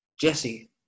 Jesse